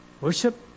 Worship